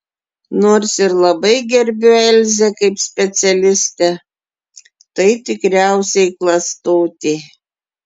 nors ir labai gerbiu elzę kaip specialistę tai tikriausiai klastotė